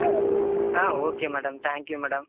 ah oh ah okay madam thank you madam